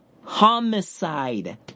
homicide